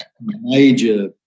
major